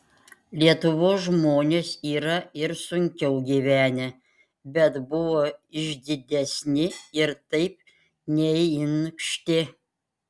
lietuvos žmonės yra ir sunkiau gyvenę bet buvo išdidesni ir taip neinkštė